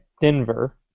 Denver